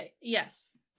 Yes